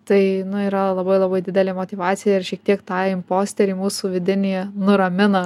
tai yra labai labai didelė motyvacija ir šiek tiek tą im posterį mūsų vidinėje nuramina